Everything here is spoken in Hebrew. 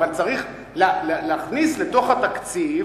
אבל צריך להכניס לתוך התקציב,